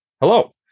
Hello